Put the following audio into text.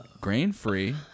Grain-free